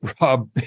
Rob